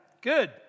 Good